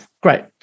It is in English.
great